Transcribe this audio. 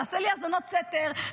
תעשה לי האזנות סתר,